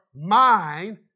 mind